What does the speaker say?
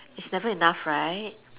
it's never enough right